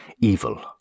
evil